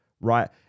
right